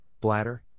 bladder